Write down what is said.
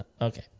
Okay